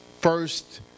first